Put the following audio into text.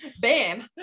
bam